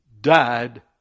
died